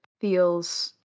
feels